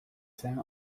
same